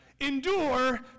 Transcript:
endure